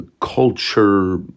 culture